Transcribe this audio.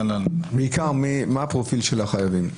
מה הפרופיל של החייבים?